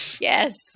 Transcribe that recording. Yes